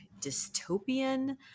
dystopian